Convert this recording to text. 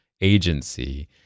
agency